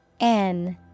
-N